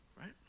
right